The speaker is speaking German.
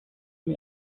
mir